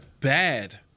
bad